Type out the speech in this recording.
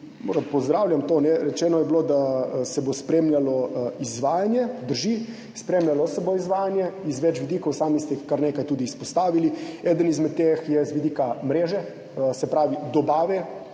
to, kar je bilo rečeno, in sicer a se bo spremljalo izvajanje. Drži, spremljalo se bo izvajanje iz več vidikov, sami ste jih kar nekaj tudi izpostavili. Eden izmed teh je z vidika mreže, se pravi dobave,